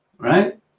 Right